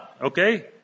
okay